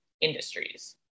industries